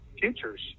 futures